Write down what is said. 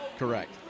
correct